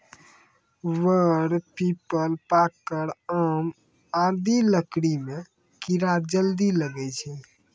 वर, पीपल, पाकड़, आम आदि लकड़ी म कीड़ा जल्दी लागै छै